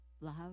love